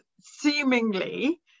seemingly